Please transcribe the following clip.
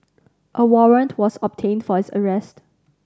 a warrant was obtained for his arrest